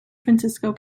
francisco